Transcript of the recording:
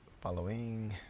following